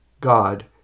God